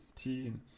15